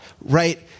right